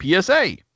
PSA